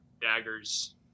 daggers